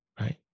right